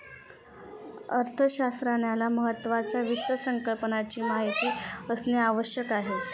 अर्थशास्त्रज्ञाला महत्त्वाच्या वित्त संकल्पनाची माहिती असणे आवश्यक आहे